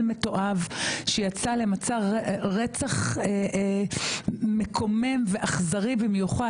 מתועב שיצא למסע רצח מקומם ואכזרי במיוחד.